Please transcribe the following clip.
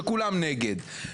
שכולם נגד.